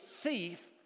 thief